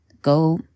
Go